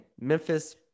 Memphis